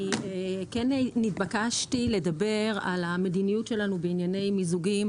אני כן נתבקשתי לדבר על המדיניות שלנו בענייני מיזוגים,